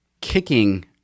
kicking